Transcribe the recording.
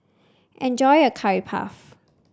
enjoy your Curry Puff